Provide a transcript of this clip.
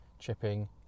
Chipping